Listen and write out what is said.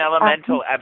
elemental